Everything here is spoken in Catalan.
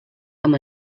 amb